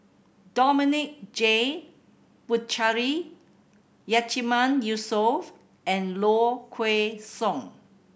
Dominic J Puthucheary Yatiman Yusof and Low Kway Song